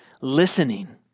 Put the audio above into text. listening